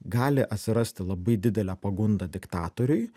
gali atsirasti labai didelė pagunda diktatoriui